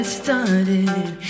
started